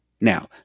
Now